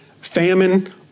Famine